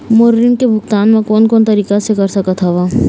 मोर ऋण के भुगतान म कोन कोन तरीका से कर सकत हव?